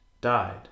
died